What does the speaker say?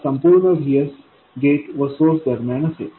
हा संपूर्ण VSगेट व सोर्स दरम्यान असेल